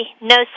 no